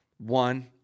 One